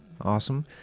Awesome